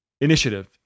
Initiative